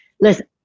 listen